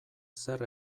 zer